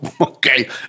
okay